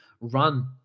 run